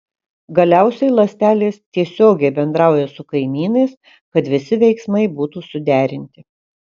galiausiai ląstelės tiesiogiai bendrauja su kaimynais kad visi veiksmai būtų suderinti